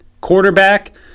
quarterback